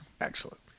Excellent